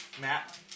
Matt